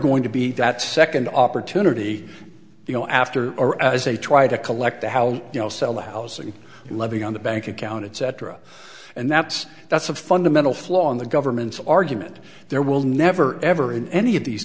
going to be that second opportunity to go after or as they try to collect the how you know sell the house and levy on the bank account etc and that's that's a fundamental flaw in the government's argument there will never ever in any of these